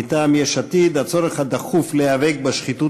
מטעם יש עתיד: הצורך הדחוף להיאבק בשחיתות